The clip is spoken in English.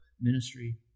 ministry